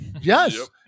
yes